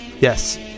Yes